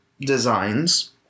designs